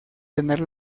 tener